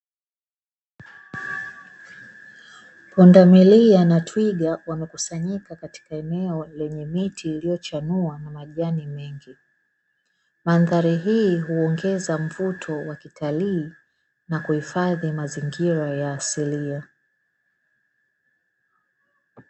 Pundamilia na twiga wamekusanyika katika eneo lenye mti iliyochanua na majani mengi, mandhari hii huongeza mvuto wa kitalii na kuhifadhi mazingira ya asilia.